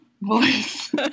voice